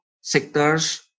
sectors